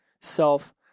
self